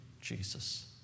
Jesus